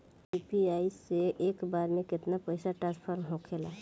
UPI से एक बार मे केतना पैसा ट्रस्फर होखे ला?